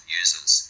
users